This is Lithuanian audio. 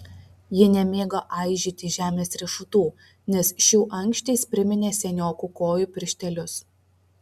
ji nemėgo aižyti žemės riešutų nes šių ankštys priminė seniokų kojų pirštelius